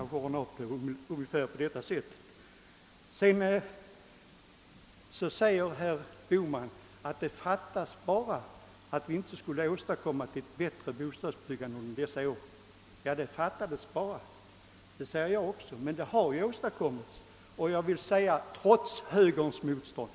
Slutligen säger herr Bohman att det fattas bara att vi inte skulle ha kunnat åstadkomma ett bättre bostadsbyggande under dessa år. Ja, det fattas bara, det säger jag också. Det har ju åstadkommits — trots högerns motstånd.